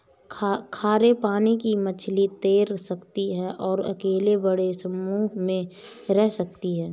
खारे पानी की मछली तैर सकती है और अकेले बड़े समूह में रह सकती है